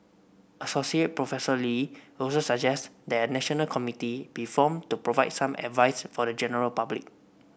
associate Professor Lee also suggest that national committee be formed to provide some advice for the general public